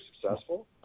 successful